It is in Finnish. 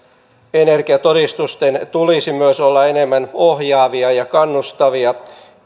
energiatodistusten tulisi myös olla enemmän energiasäästötoimien toteuttamiseen ohjaavia ja kannustavia